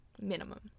minimum